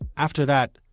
after that,